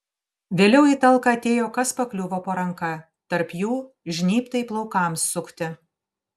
vėliau į talką atėjo kas pakliuvo po ranka tarp jų žnybtai plaukams sukti